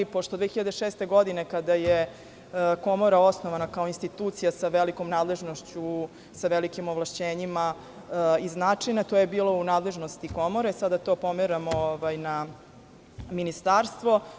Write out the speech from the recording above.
Godine 2006. kada je komora osnovana kao institucija sa velikom nadležnošću, sa velikim ovlašćenjima, to je bilo u nadležnosti komore, sada to pomeramo na Ministarstvo.